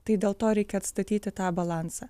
tai dėl to reikia atstatyti tą balansą